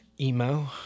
Emo